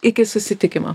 iki susitikimo